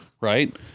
Right